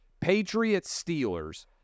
Patriots-Steelers